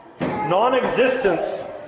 non-existence